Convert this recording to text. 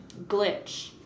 Glitch